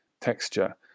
texture